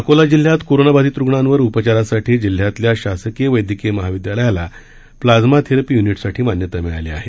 अकोला जिल्ह्यात कोरोनाबाधित रुग्णांवर उपचारासाठी जिल्ह्यातल्या शासकीय वैद्यकीय महाविद्यालयाला प्लाझ्मा थेरपी युनिटसाठी मान्यता मिळाली आहे